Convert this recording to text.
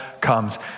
comes